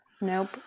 Nope